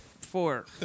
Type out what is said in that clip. four